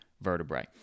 vertebrae